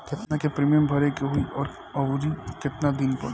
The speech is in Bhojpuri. केतना के प्रीमियम भरे के होई और आऊर केतना दिन पर?